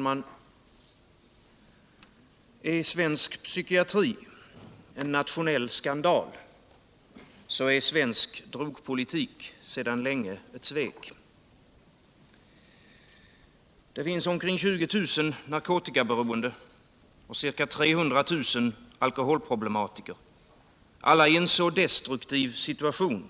Herr talman! Är svensk psykiatri en nationell skandal, så är svensk drogpolitik sedan länge ett svek. Det finns omkring 20 000 narkotikaberoende och ca 300 000 alkoholproblematiker, alla i en så destruktiv situation